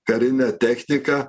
karinę techniką